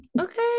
Okay